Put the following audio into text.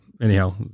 Anyhow